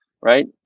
right